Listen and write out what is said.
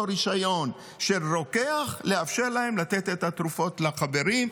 רישיון של רוקח לתת את התרופות לחברים.